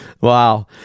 Wow